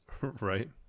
Right